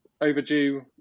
overdue